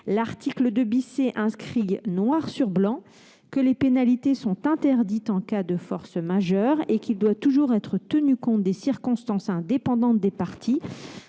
Il est inscrit noir sur blanc à l'article 2 C que les pénalités sont interdites en cas de force majeure et qu'il doit toujours être tenu compte des circonstances indépendantes des parties.